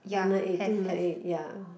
one nine eight two nine eight ya